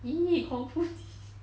!ee! kung fu tea